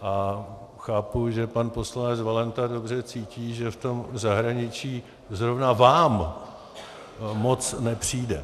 A chápu, že pan poslanec Valenta dobře cítí, že v tom zahraničí zrovna vám moc nepřijde.